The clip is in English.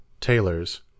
tailors